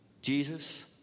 Jesus